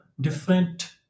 different